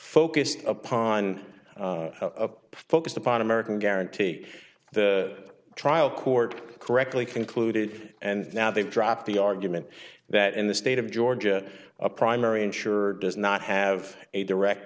focused upon focused upon american guarantee the trial court correctly concluded and now they drop the argument that in the state of georgia a primary insurer does not have a direct